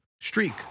streak